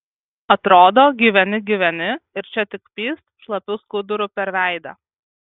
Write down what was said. atrodo gyveni gyveni ir čia tik pyst šlapiu skuduru per veidą